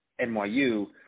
NYU